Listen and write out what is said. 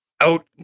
Out